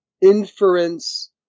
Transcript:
inference